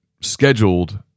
scheduled